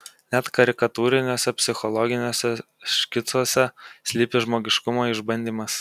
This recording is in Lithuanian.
net karikatūriniuose psichologiniuose škicuose slypi žmogiškumo išbandymas